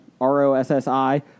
R-O-S-S-I